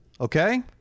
Okay